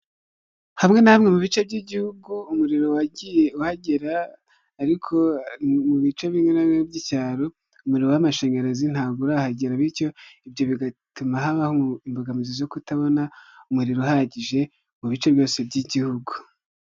Hamwe na bimwe mu bice by'igihugu umuriro wagiye uhagera ariko mu bice bimwe na bimwe by'icyaro umuriro w'amashanyarazi ntabwo urahagera, bityo ibyo bigatuma habaho imbogamizi zo kutabona umuriro uhagije mu bice byose by'igihugu.